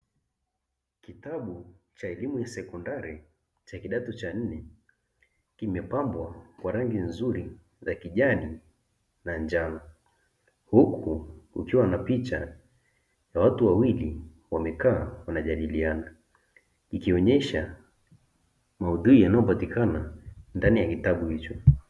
Kitabu cha elimu ya sekondari cha kidato cha nne, kimepambwa kwa rangi nzuri za kijani na njano, huku kukiwa na picha ya watu wawili wamekaa wanajadiliana, ikionyesha maudhui yanayopatikana ndani ya kitabu hicho.